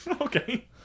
okay